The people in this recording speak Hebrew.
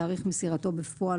תאריך מסירתו בפועל,